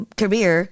career